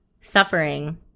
suffering